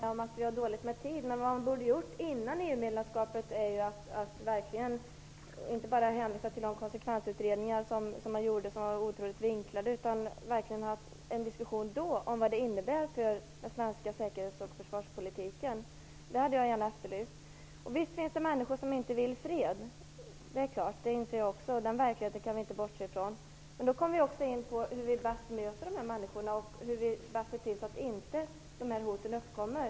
Fru talman! Det Lennart Rohdin sade var intressant, och jag håller med om att vi har dåligt med tid. Vad vi borde ha gjort innan Sverige blev medlem i EU är att inte bara hänvisa till de konsekvensutredningar som gjorts och som var oerhört vinklade utan att verkligen ha en diskussion om vad det innebär för den svenska säkerhetspolitiken och försvarspolitiken. Det har vi efterlyst. Visst finns det människor som inte vill ha fred, det inser jag också, och den verkligheten kan vi inte bortse ifrån. Då kommer vi in på hur vi bäst kan bemöta dessa människor och hur vi bäst kan undanröja dessa hot innan de uppkommer.